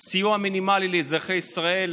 סיוע מינימלי לאזרחי ישראל,